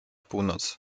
północ